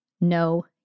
No